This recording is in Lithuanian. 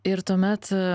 ir tuomet